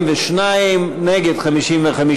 42, נגד, 55,